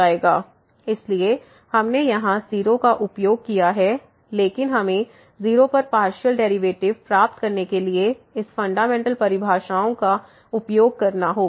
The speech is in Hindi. इसलिए हमने यहां 0 का उपयोग किया है लेकिन हमें 0 पर पार्शियल डेरिवेटिव प्राप्त करने के लिए इस फंडामेंटल परिभाषाओं का उपयोग करना होगा